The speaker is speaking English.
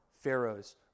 Pharaoh's